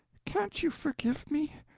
can't you forgive me?